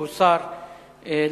והוא הוסר לאחרונה,